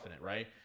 right